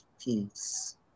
peace